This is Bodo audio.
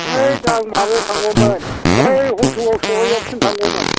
होइत आं माबायाव थांगौमोन बै हलथुगाव सबाइजारसिम थांगौमोन